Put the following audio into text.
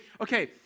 Okay